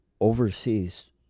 overseas